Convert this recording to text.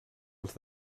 els